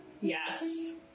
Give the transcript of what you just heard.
Yes